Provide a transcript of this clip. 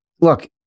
look